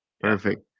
perfect